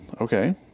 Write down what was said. okay